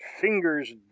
fingers